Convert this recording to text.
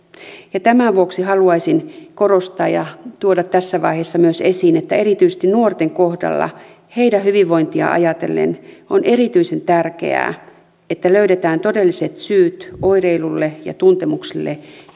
tämän vuoksi haluaisin korostaa ja tuoda tässä vaiheessa esiin myös että erityisesti nuorten kohdalla heidän hyvinvointiaan ajatellen on erityisen tärkeää että löydetään todelliset syyt oireilulle ja tuntemuksille